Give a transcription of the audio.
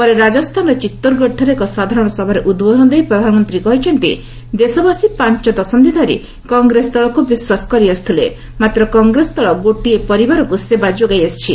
ପରେ ରାଜସ୍ଥାନର ଚିତରଗଡଠାରେ ଏକ ସାଧାରଣ ସଭାରେ ଉଦ୍ବୋଧନ ଦେଇ ପ୍ରଧାନମନ୍ତ୍ରୀ କହିଛନ୍ତି' ଦେଶବାସୀ ପାଞ୍ଚ ଦଶନ୍ଧି ଧରି କଂଗ୍ରେସ ଦଳକ୍ ବିଶ୍ୱାସ କରି ଆସ୍ବଥିଲେ ମାତ୍ର କଂଗ୍ରେସ ଦଳ କେବଳ ଗୋଟିଏ ପରିବାରକୃ ସେବା ଯୋଗାଇ ଦେଇଛି